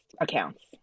accounts